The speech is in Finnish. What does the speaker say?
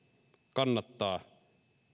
kannattaa